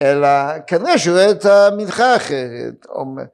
‫אלא כנראה שהוא רואה את המנחה אחרת, או מה